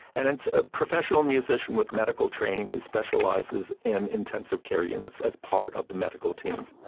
and it's a professional musician with medical training who specialises in intensive care units as part of the medical team.